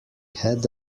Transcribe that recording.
had